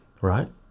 right